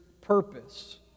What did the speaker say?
purpose